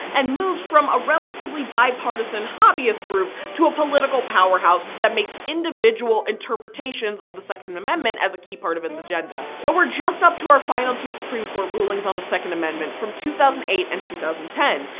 and moves from a relatively bipartisan hobbyist group to a political powerhouse that makes individual interpretation of the second amendment as key part of its agenda. so we're just up to our final two supreme court rulings on the second amendment from two thousand and eight and two thousand and ten,